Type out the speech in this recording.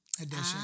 edition